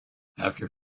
after